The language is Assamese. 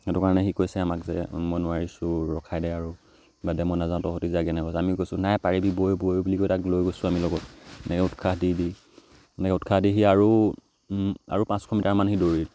সেইটো কাৰণে সি কৈছে আমাক যে মই নোৱাৰিছোঁ ৰখাই দে আৰু বাদ দে মই নাযাওঁ তহঁতি যাগৈ নহ'লে আমি কৈছোঁ নাই পাৰিবি বৈ বুলি কৈ তাক লৈ গৈছোঁ আমি লগত নে উৎসাহ দি এনেকৈ উৎসাহ দি দি আৰু আৰু পাঁচশ মিটাৰমান দৌৰিলোঁ